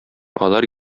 алар